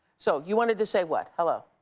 so you wanted to say what? hello.